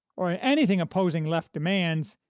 or anything opposing left demands,